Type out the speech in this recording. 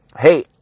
Hey